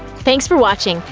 thanks for watching!